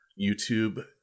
YouTube